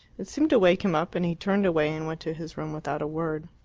it seemed to wake him up, and he turned away and went to his room without a word.